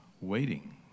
waiting